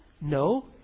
No